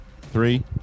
three